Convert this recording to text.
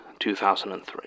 2003